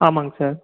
ஆமாங்க சார்